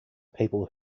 people